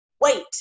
wait